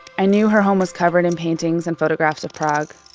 i knew her home was covered in paintings and photographs of prague.